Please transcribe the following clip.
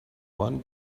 one